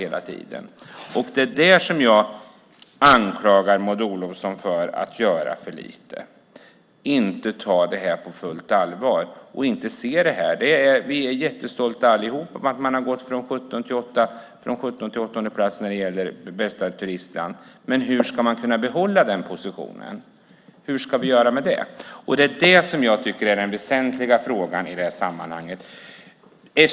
Det är i det avseendet som jag anklagar Maud Olofsson för att göra för lite, för att inte ta detta på fullt allvar och inte se detta. Vi är alla jättestolta över att Sverige har gått från 17:e till 8:e plats som bästa turistland. Men hur ska vi kunna behålla den positionen? Hur ska vi göra med det? Det tycker jag är det väsentliga i sammanhanget.